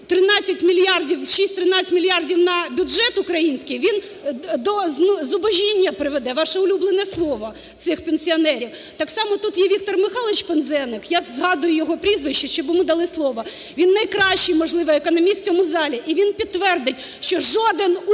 13 мільярдів… 6, 13 мільярдів на бюджет український, він до зубожіння приведе (вашу улюблене слово) цих пенсіонерів. Так само тут є Віктор Михайлович Пинзеник (я згадую його прізвище, щоб йому дали слово), він найкращий, можливо, економіст в цьому залі, і він підтвердить, що жоден уряд